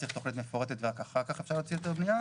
צריך תכנית מפורטת ורק אחר כך אפשר להוציא היתר בניה,